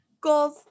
goals